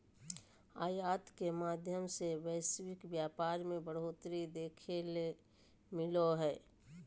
आयात के माध्यम से वैश्विक व्यापार मे बढ़ोतरी देखे ले मिलो हय